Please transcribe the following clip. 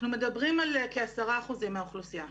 אנחנו מדברים על כ-10% מהאוכלוסייה.